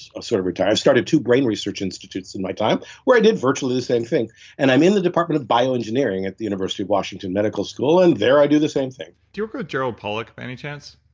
sort of retired i've started two brain research institutes in my time where i did virtually the same thing and i'm in the department of bioengineering at the university of washington medical school. and there, i do the same thing do you ever know ah gerald pollack by any chance?